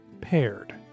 Paired